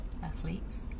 Athletes